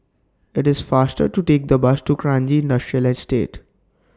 IT IS faster to Take The Bus to Kranji Industrial Estate